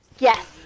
Yes